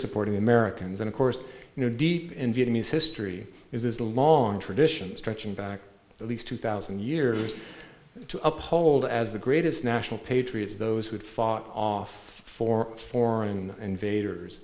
supporting the americans and of course you know deep in vietnamese history is a long tradition stretching back at least two thousand years to uphold as the greatest national patriots those who had fought off for foreign invaders